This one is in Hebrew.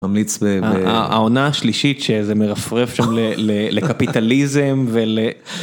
ממליץ, העונה השלישית שזה מרפרף שם לקפיטליזם ול...